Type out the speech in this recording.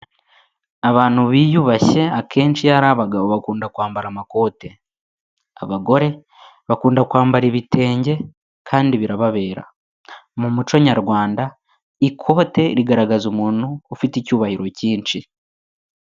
Abantu biyubashye, akenshi iyo ari abagabo bakunda kwambara amakote, abagore bakunda kwambara ibitenge kandi birababera. Mu muco nyarwanda, ikote rigaragaza umuntu ufite icyubahiro cyinshi.